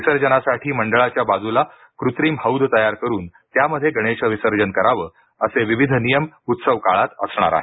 विसर्जनासाठी मंडळाच्या बाजूला कृत्रिम हौद तयार करून त्यामध्ये गणेश विसर्जन करावं असे विविध नियम उत्सव काळात असणार आहेत